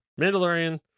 Mandalorian